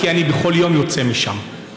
כי אני בכל יום יוצא משם,